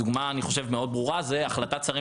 דוגמה שאני חושב שברורה מאוד זו החלטת שרים